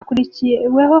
akurikiyeho